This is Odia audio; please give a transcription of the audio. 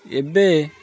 ଏବେ